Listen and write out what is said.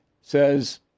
says